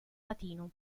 latino